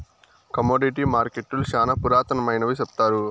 commodity మార్కెట్టులు శ్యానా పురాతనమైనవి సెప్తారు